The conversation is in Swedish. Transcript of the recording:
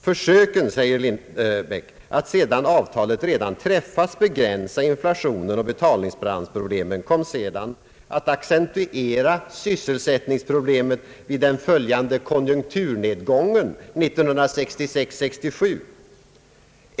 Försöken att sedan avtalet redan träffats begränsa inflationen och betalningsbalansproblemen kom sedan att accentuera sysselsättningsproblemen i den följande konjunkturnedgången 1966/67.